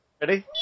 Ready